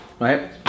right